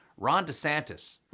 ron desantis.